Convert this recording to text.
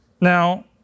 Now